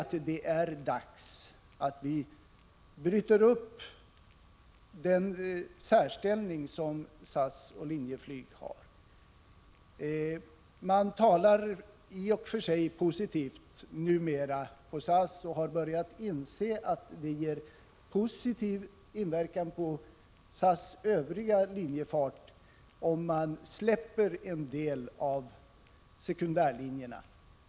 1985/86:136 dagsatt bryta upp den särställning som dessa bolag har. Man talar ju i och för sig positivt om detta numera på SAS och har börjat inse att det får positiv inverkan på SAS övriga linjefart om man släpper en del av sekundärlinjerna.